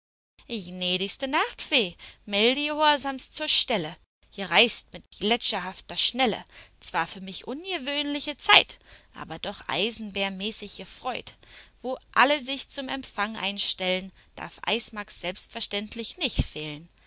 gnädigste nachtfee melde jehorsamst zur stelle jereist mit jletscherhafter schnelle zwar für mich unjewöhnliche zeit aber doch eisbärenmäßig jefreut wo alle sich zum empfang einstellen darf eismax selbstverständlich nich fehlen